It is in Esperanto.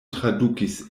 tradukis